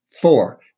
Four